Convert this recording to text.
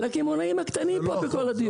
לקמעונאים הקטנים פה בכל הדיון?